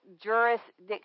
jurisdiction